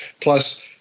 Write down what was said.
Plus